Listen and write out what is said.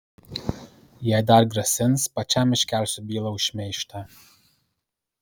jei dar grasins pačiam iškelsiu bylą už šmeižtą